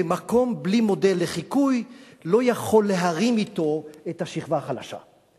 ומקום בלי מודל לחיקוי לא יכול להרים אתו את השכבה החלשה.